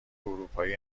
اروپایی